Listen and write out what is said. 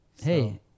Hey